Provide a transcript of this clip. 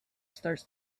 starts